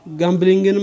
gambling